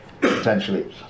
potentially